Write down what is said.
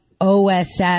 OSS